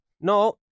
No